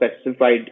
specified